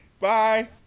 Bye